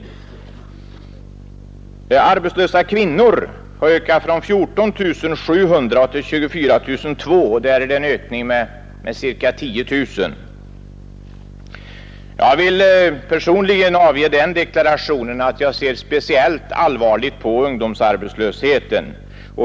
Antalet arbetslösa kvinnor har ökat från 14 700 till 24 200, vilket innebär en ökning med ca 10 000. Jag vill personligen avge den deklarationen att jag ser speciellt allvarligt på ungdomsarbetslösheten.